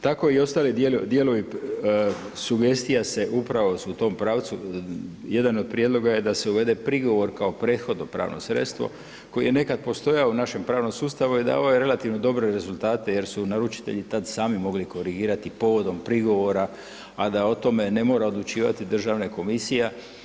Tako i ostali dijelovi sugestija su u tom pravcu, jedan od prijedloga da se uvede prigovor kao prethodno pravno sredstvo koje je nekada postojao u našem pravnom sustavu i davao je relativno dobre rezultate jer su naručitelji tada sami mogli korigirati povodom prigovora, a da o tome ne mora odlučivati Državna komisija.